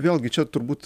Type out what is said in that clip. vėlgi čia turbūt